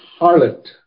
harlot